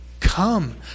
Come